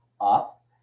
up